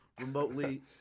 remotely